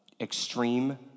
extreme